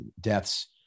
deaths